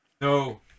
no